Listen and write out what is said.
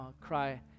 cry